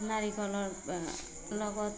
নাৰিকলৰ লগত